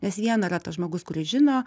nes viena yra tas žmogus kuris žino